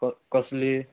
क कसली